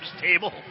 table